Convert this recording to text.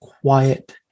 quiet